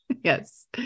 Yes